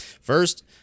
first